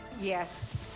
Yes